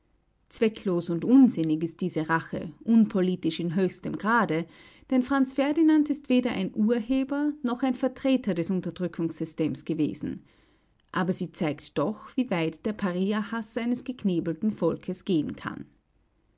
zwecklos und unsinnig ist diese rache unpolitisch im höchsten grade denn franz ferdinand ist weder ein urheber noch ein vertreter des unterdrückungssystems gewesen aber sie zeigt doch wie weit der pariahaß eines geknebelten volkes gehen kann